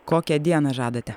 kokią dieną žadate